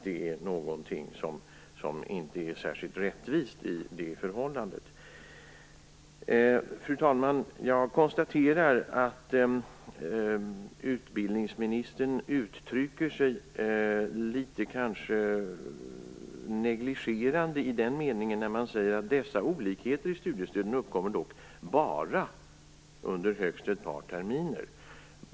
Det är någonting som inte är särskilt rättvist i det förhållandet. Fru talman! Jag konstaterar att utbildningsministern uttrycker sig litet negligerande i den meningen att han säger att dessa olikheter i studiestöden dock bara uppkommer under högst ett par terminer.